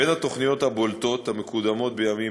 בין התוכניות הבולטות המקודמות בימים